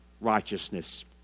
righteousness